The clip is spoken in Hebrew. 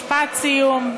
משפט סיום.